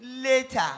later